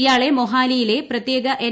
ഇയാളെ മൊഹാലിയിലെ പ്രത്യേക എൻ